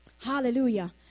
hallelujah